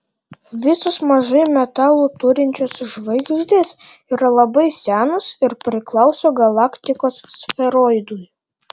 visos mažai metalų turinčios žvaigždės yra labai senos ir priklauso galaktikos sferoidui